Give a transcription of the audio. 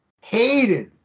hated